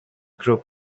group